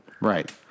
Right